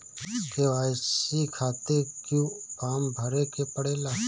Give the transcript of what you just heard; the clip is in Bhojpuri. के.वाइ.सी खातिर क्यूं फर्म भरे के पड़ेला?